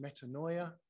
metanoia